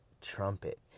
Trumpet